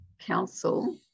council